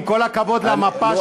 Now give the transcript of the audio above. עם כל הכבוד למפה של מס הכנסה,